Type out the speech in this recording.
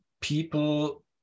people